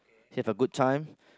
he have a good time